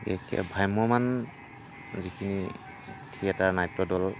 বিশেষকৈ ভ্ৰাম্যমান যিখিনি থিয়েটাৰ নাট্য দল